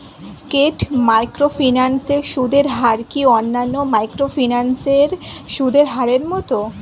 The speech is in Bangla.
স্কেট মাইক্রোফিন্যান্স এর সুদের হার কি অন্যান্য মাইক্রোফিন্যান্স এর সুদের হারের মতন?